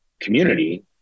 community